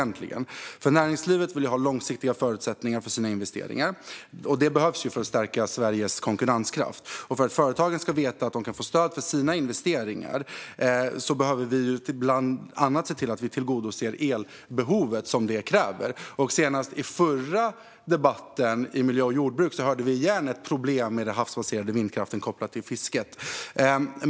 Näringslivet vill ju ha långsiktiga förutsättningar för sina investeringar, och detta behövs för att stärka Sveriges konkurrenskraft. För att företagen ska veta att de kan få stöd för sina investeringar behöver vi bland annat se till att vi tillgodoser det elbehov som detta medför. Senast i den förra debatten i miljö och jordbruksutskottet hörde vi åter om problem med den havsbaserade vindkraften kopplat till fisket.